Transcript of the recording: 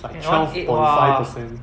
ya one eighth !wah!